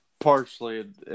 partially